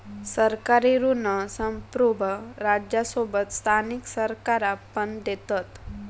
सरकारी ऋण संप्रुभ राज्यांसोबत स्थानिक सरकारा पण देतत